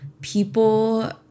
people